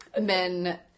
men